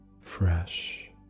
fresh